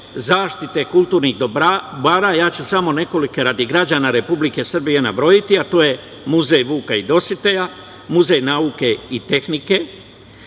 zaštite kulturnih dobara. Samo ću nekoliko radi građana Republike Srbije, nabrojati, a to je Muzej Vuka i Dositeja, Muzej nauke i tehnike,